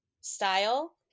style